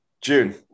June